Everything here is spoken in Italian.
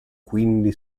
quindi